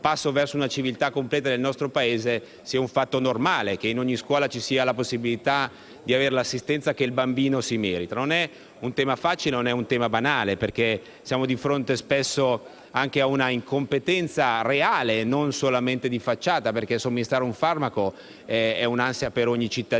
passo verso una civiltà completa nel nostro Paese sia un fatto normale e affinché in ogni scuola ci sia la possibilità di avere l'assistenza che il bambino merita. Non è un tema facile e non è un tema banale, perché siamo di fronte spesso anche a una incompetenza reale e non solamente di facciata: somministrare un farmaco è un'ansia e una grande